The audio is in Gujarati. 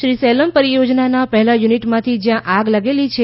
શ્રી સેલમ પરિયોજનાનાં પહેલાં યુનિટમાંથી જ્યાં આગ લાગેલી છે